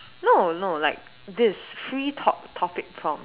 no no like this free top~ topic prompt